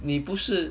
你不是